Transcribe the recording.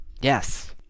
Yes